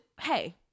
hey